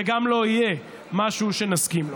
וגם לא יהיה משהו שנסכים לו.